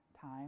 time